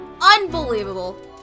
Unbelievable